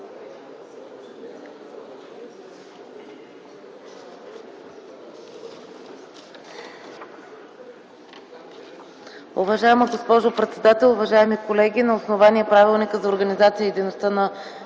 Уважаема госпожо председател, уважаеми колеги! На основание Правилника за